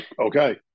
okay